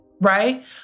right